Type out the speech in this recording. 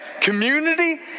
community